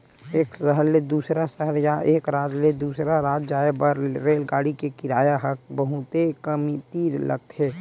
एक सहर ले दूसर सहर या एक राज ले दूसर राज जाए बर रेलगाड़ी के किराया ह बहुते कमती लगथे